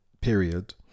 period